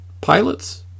pilots